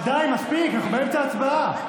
די, מספיק, אנחנו באמצע הצבעה.